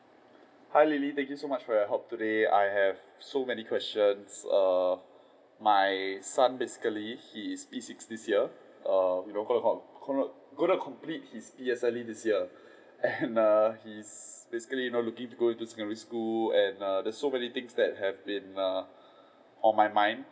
hi lily thank you so much for your help today I have so many questions err my son basically he is P six this year err gonna going to complete his P_S_L_E this year and err he is basically now looking to go into secondary school and err there is so many things that have been on my mind